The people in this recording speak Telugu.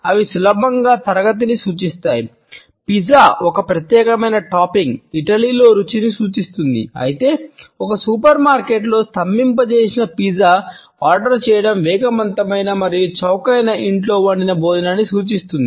అవి సులభంగా తరగతిని సూచిస్తాయీ పిజ్జాపై ఒక ప్రత్యేకమైన టాపింగ్ ఇటలీలో రుచిని సూచిస్తుంది అయితే ఒక సూపర్ మార్కెట్లో స్తంభింపచేసిన పిజ్జాను ఆర్డర్ చేయడం వేగవంతమైన మరియు చౌకైన ఇంట్లో వండిన భోజనాన్ని సూచిస్తుంది